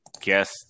guess